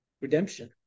redemption